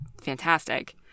fantastic